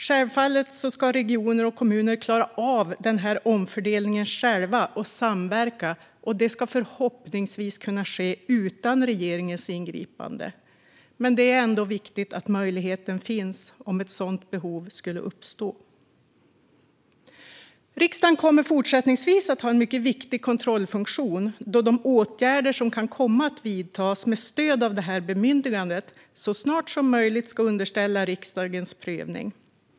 Självfallet ska regioner och kommuner klara av denna omfördelning och samverkan själva, förhoppningsvis utan regeringens ingripande. Men det är ändå viktigt att möjligheten finns om ett sådant behov skulle uppstå. Riksdagen kommer fortsättningsvis att ha en mycket viktig kontrollfunktion eftersom de åtgärder som kan komma att vidtas med stöd av detta bemyndigande så snart som möjligt ska underställas riksdagens prövning.